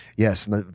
Yes